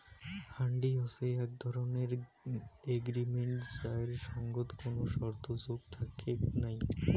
হুন্ডি হসে এক ধরণের এগ্রিমেন্ট যাইর সঙ্গত কোনো শর্ত যোগ থাকেক নাই